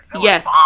Yes